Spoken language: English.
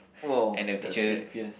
!wow! that's really fierce